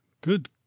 Good